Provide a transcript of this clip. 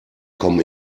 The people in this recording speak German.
kommen